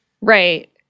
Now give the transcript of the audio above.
Right